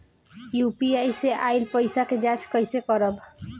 UPI से आइल पईसा के जाँच कइसे करब?